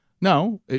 No